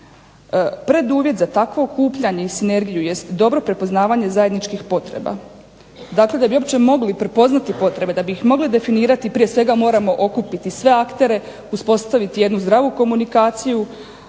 Preduvjet za takvo okupljanje i sinergiju jest dobro prepoznavanje zajedničkih potreba. Dakle da bi uopće mogli prepoznati potrebe, da bi ih mogli definirati prije svega moramo okupiti sve aktere, uspostaviti jednu zdravu komunikaciju,